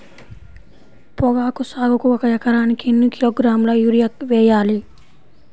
పొగాకు సాగుకు ఒక ఎకరానికి ఎన్ని కిలోగ్రాముల యూరియా వేయాలి?